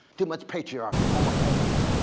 too much patriarchy and homophobia.